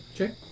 Okay